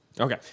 Okay